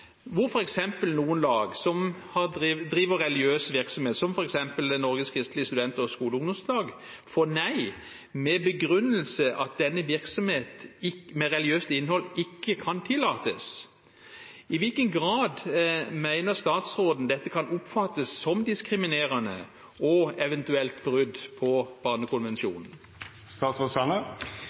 hvor f.eks. noen lag som driver religiøs virksomhet, som f.eks. Norges Kristelige Student- og Skoleungdomslag, får nei med begrunnelsen at virksomhet med religiøst innhold ikke kan tillates – i hvilken grad mener statsråden dette kan oppfattes som diskriminerende og eventuelt brudd på